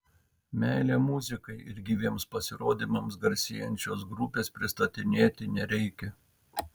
meile muzikai ir gyviems pasirodymams garsėjančios grupės pristatinėti nereikia